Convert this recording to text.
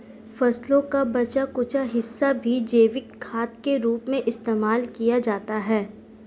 फसलों का बचा कूचा हिस्सा भी जैविक खाद के रूप में इस्तेमाल किया जाता है